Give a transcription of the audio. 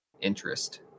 interest